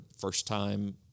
first-time